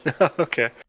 Okay